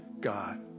God